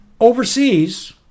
overseas